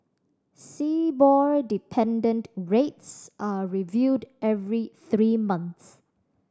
Sibor dependent rates are reviewed every three months